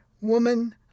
Woman